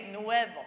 Nuevo